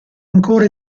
ancora